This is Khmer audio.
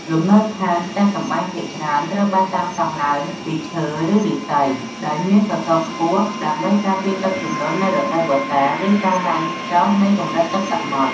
លំនៅឋាន ផ្ទះសម្បែងភាគច្រើនត្រូវបានសាងសង់ឡើងពី ឈើ ឬឫស្សី ដោយមាន សសរខ្ពស់ៗ ដើម្បីការពារពីទឹកជំនន់នៅរដូវវស្សា ឬការឡើងចុះនៃកម្រិតទឹកសមុទ្រ។